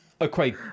Okay